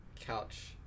couch